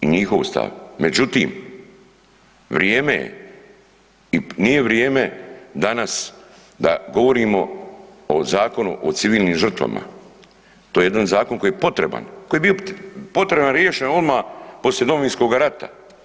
I njihov stav međutim vrijeme je i nije vrijeme danas da govorimo o zakonu o civilnim žrtvama, to je jedan zakon koji je potreban, koji je bio potreban, riješen odmah poslije Domovinskog rata.